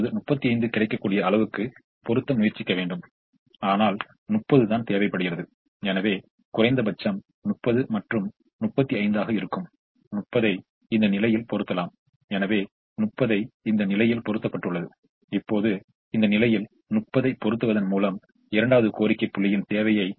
இப்போது நாம் a 1 ஐ கொண்டு பூர்த்தி செய்யும் போது நமக்கு அதில் ஒரு நன்மை இருக்கும் என்று நல்லத் தெரியும் எனவே இதன் மூலம் நம்மால் எவ்வளவு நன்மை பெற முடியும் என்பதைப் கண்டுபிடிக்க விரும்புகிறேன் அதனால் நமக்கு முடிந்த அளவு நன்மை கிடைக்கும் அதனால் இது θ வை வழங்கப்படுகிறது